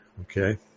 okay